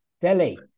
Delhi